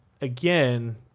again